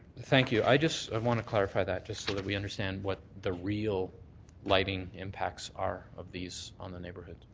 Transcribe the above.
thank you. i just i want to clarify that just to so that we understand what the real lighting impacts are of these on the neighborhood.